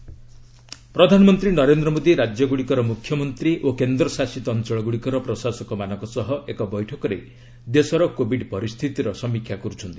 PM meeting ପ୍ରଧାନମନ୍ତ୍ରୀ ନରେନ୍ଦ୍ର ମୋଦି ରାଜ୍ୟଗୁଡ଼ିକର ମୁଖ୍ୟମନ୍ତ୍ରୀ ଓ କେନ୍ଦ୍ରଶାସିତ ଅଞ୍ଚଳ ଗୁଡ଼ିକର ପ୍ରଶାସକମାନଙ୍କ ସହ ଏକ ବୈଠକରେ ଦେଶର କୋଭିଡ ପରିସ୍ଥିତିର ସମୀକ୍ଷା କରୁଛନ୍ତି